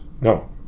No